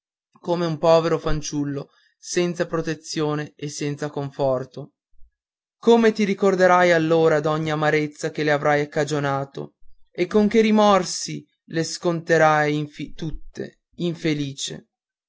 come un povero fanciullo senza protezione e senza conforto come ti ricorderai allora d'ogni amarezza che le avrai cagionato e con che rimorsi le sconterai tutte infelice